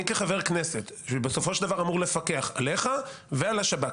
אני כחבר כנסת שבסופו של דבר אמור לפקח עליך ועל השב"כ,